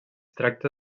tracta